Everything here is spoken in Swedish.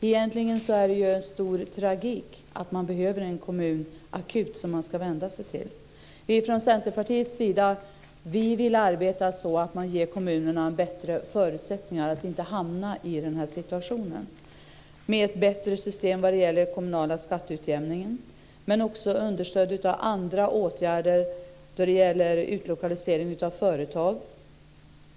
Egentligen är det en stor tragik att man behöver en kommunakut att vända sig till. Vi från Centerpartiets sida vill arbeta så att man ger kommunerna bättre förutsättningar så att de inte hamnar i den situationen, med ett bättre system för den kommunala skatteutjämningen, men också understödet av andra åtgärder då det gäller utlokalisering av företag.